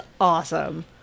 awesome